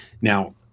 Now